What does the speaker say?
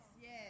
Yes